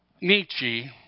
Nietzsche